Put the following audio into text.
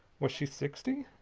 was she sixty,